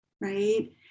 right